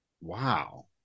Wow